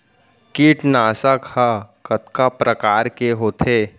कीटनाशक ह कतका प्रकार के होथे?